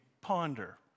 ponder